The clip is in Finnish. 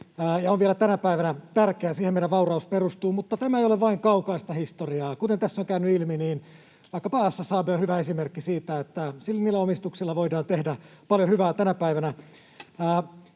on vielä tänä päivänä tärkeää. Siihen meidän vauraus perustuu. Mutta tämä ei ole vain kaukaista historiaa. Kuten tässä on käynyt ilmi, niin vaikkapa SSAB on hyvä esimerkki siitä, että niillä omistuksilla voidaan tehdä paljon hyvää tänä päivänä.